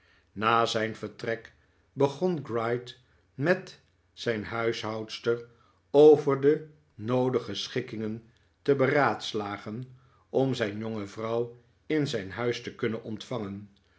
na zijn vertrek begon gride met zijn huishoudster over de noodige schikkingen te beraadslagen om zijn jonge vrouw in zijn huis te kunnen ontvangen